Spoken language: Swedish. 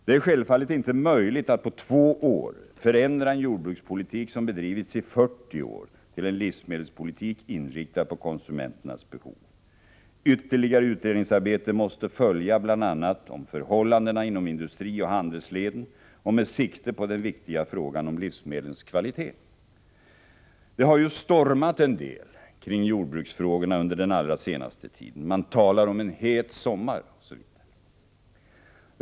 Det är självfallet inte möjligt att på två år förändra en jordbrukspolitik som bedrivits i fyrtio år till en livsmedelspolitik inriktad på konsumenternas behov. Ytterligare utredningsarbete måste följa, bl.a. om förhållandena inom industrioch handelsleden och med sikte på den viktiga frågan om livsmedlens kvalitet. Det har ju stormat en del kring jordbruksfrågorna under den allra senaste tiden. Man talar om en het sommar.